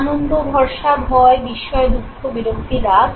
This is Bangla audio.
আনন্দ ভরসা ভয় বিস্ময় দুঃখ বিরক্তি রাগ